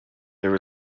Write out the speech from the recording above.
there